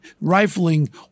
rifling